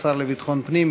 השר לביטחון פנים,